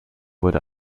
wurde